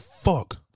Fuck